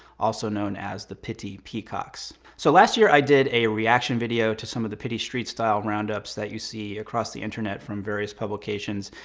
also known as the pitti peacocks. so last year i did a reaction video to some of the pitti street style roundups that you see across the internet from various publications,